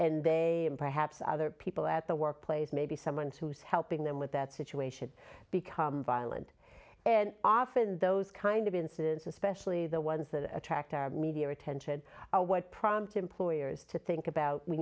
and they and perhaps other people at the workplace maybe someone who's helping them with that situation become violent and often those kind of incidents especially the ones that attract our media attention what prompted employers to think about we